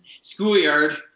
schoolyard